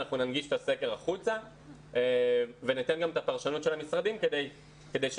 אנחנו ננגיש את הסקר החוצה וניתן גם את הפרשנות של המשרדים כדי שהקורא,